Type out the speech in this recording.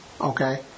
okay